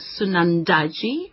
Sunandaji